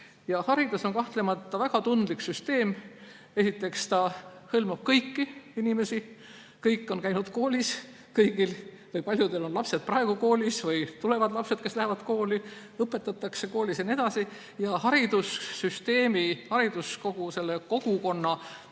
Haridus on kahtlemata väga tundlik süsteem. Esiteks hõlmab ta kõiki inimesi: kõik on käinud koolis, kõigil või paljudel on lapsed praegu koolis või neil tulevad lapsed, kes lähevad kooli, neid õpetatakse koolis jne. Haridussüsteemi, kogu hariduskogukonna